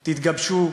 תתגבשו,